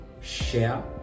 share